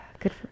Good